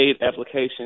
application